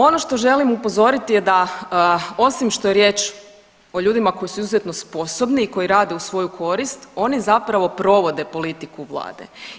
Ono što želim upozoriti je da osim što je riječ o ljudima koji su izuzetno sposobni i koji rade u svoju korist oni zapravo provode politiku vlade.